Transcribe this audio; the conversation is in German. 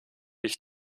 ich